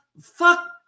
fuck